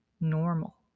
normal